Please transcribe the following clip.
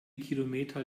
kilometer